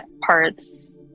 parts